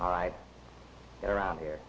right around here